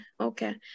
Okay